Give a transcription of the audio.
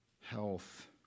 health